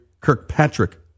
Kirkpatrick